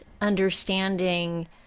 understanding